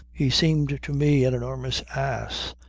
he seemed to me an enormous ass,